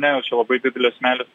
nejaučia labai didelės meilės